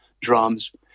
drums